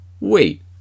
wait